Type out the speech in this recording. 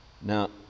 Now